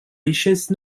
richesses